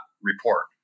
report